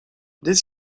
dès